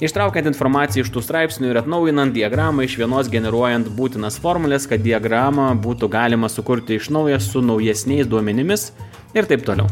ištraukiant informaciją iš tų straipsnių ir atnaujinant diagramą iš vienos generuojant būtinas formules kad diagramą būtų galima sukurti iš naujo su naujesniais duomenimis ir taip toliau